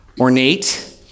ornate